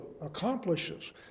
accomplishes